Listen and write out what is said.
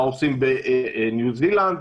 מה עושים בניו זילנד,